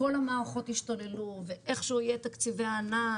כל המערכות ישתוללו ואיכשהו יהיו תקציבי ענק,